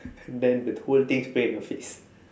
then the whole thing spray on your face